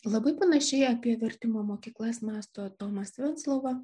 labai panašiai apie vertimo mokyklas mąsto tomas venclova